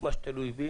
מה שתלוי בי